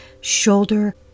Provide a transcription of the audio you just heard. shoulder